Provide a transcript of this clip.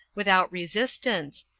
without resistance,